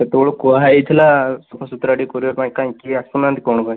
ସେତେବେଳକୁ କୁହା ହୋଇଥିଲା ସଫା ସୁତରା ଟିକେ କରିବା ପାଇଁ କାଇଁ କେହି ଆସୁ ନାହାନ୍ତି କଣ ପାଇଁ